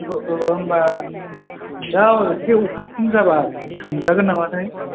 parcel खौ होनबा दा एसे अखा खम जाबा थांजागोन नामाथाय